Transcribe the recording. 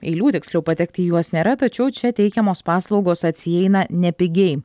eilių tiksliau patekti į juos nėra tačiau čia teikiamos paslaugos atsieina nepigiai